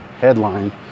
headline